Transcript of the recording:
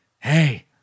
Hey